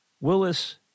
Willis